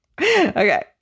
Okay